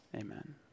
amen